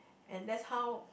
and that's how